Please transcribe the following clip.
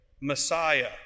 Messiah